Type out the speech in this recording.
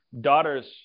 daughters